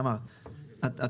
להתחרות.